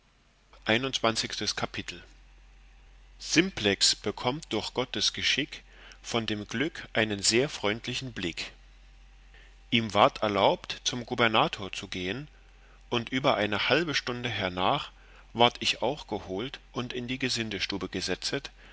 simplex bekommt durch gottes geschick von dem glück einen sehr freundlichen blick ihm ward erlaubt zum gubernator zu gehen und über eine halbe stunde hernach ward ich auch geholt und in die gesindstube gesetzet